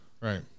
right